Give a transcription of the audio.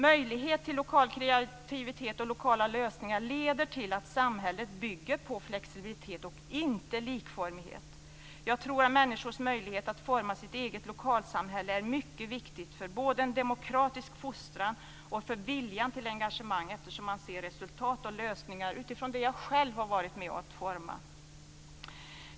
Möjligheten till lokal kreativitet och lokala lösningar leder till att samhället bygger på flexibilitet och inte likformighet. Jag tror att människors möjlighet att forma sitt eget lokalsamhälle är mycket viktig både för en demokratisk fostran och för viljan till engagemang. Man ser resultat och lösningar utifrån det man själv har varit med om att forma.